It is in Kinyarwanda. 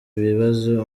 bibazo